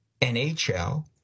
NHL